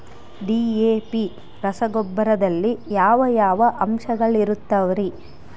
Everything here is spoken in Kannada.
ಡಿ.ಎ.ಪಿ ರಸಗೊಬ್ಬರದಲ್ಲಿ ಯಾವ ಯಾವ ಅಂಶಗಳಿರುತ್ತವರಿ?